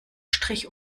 strich